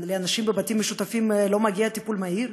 לאנשים בבתים משותפים לא מגיע טיפול מהיר?